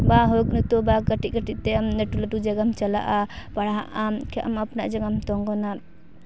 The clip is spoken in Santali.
ᱵᱟ ᱱᱤᱛᱚᱜ ᱠᱟᱹᱴᱤᱡ ᱠᱟᱹᱴᱤᱡ ᱛᱮ ᱞᱟᱹᱴᱩ ᱞᱟᱹᱴᱩ ᱡᱟᱭᱜᱟᱢ ᱪᱟᱞᱟᱜᱼᱟ ᱯᱟᱲᱦᱟᱜ ᱟᱢ ᱟᱢ ᱟᱯᱱᱟᱜ ᱡᱟᱸᱜᱟᱛᱮᱢ ᱛᱤᱸᱜᱩᱱᱟ